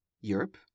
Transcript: Europe